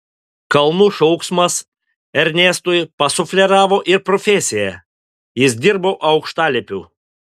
kalnų šauksmas ernestui pasufleravo ir profesiją jis dirbo aukštalipiu